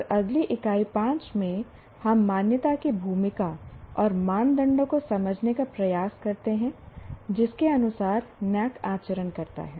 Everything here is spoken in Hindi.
और अगली इकाई 5 में हम मान्यता की भूमिका और मानदंडों को समझने का प्रयास करते हैं जिसके अनुसार NAAC आचरण करता है